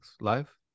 Live